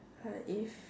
uh if